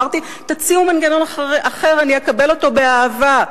אמרתי, תציעו מנגנון אחר, אני אקבל אותו באהבה.